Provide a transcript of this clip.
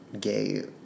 gay